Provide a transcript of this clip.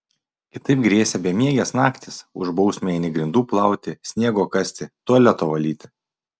kitaip grėsė bemiegės naktys už bausmę eini grindų plauti sniego kasti tualeto valyti